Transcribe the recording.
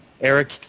Eric